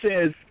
says